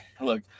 look